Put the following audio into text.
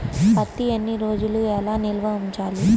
పత్తి ఎన్ని రోజులు ఎలా నిల్వ ఉంచాలి?